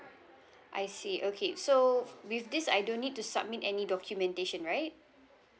I see okay so with this I don't need to submit any documentation right